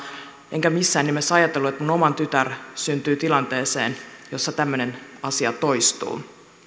enkä missään nimessä ajatellut että minun oma tyttäreni syntyy tilanteeseen jossa tämmöinen asia toistuu